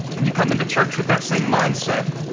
and you come into church with that same mindset.